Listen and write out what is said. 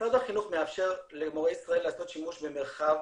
משרד החינוך מאפשר למורי ישראל לעשות שימוש במרחב